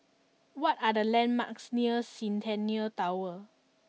what are the landmarks near Centennial Tower